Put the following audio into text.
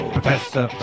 Professor